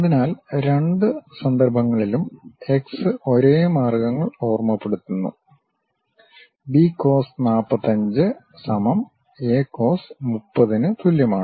അതിനാൽ രണ്ട് സന്ദർഭങ്ങളിലും എക്സ് ഒരേ മാർഗ്ഗങ്ങൾ ഓർമ്മപ്പെടുത്തുന്നു B cos 45 A cos 30 ന് തുല്യമാണ്